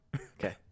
okay